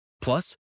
Plus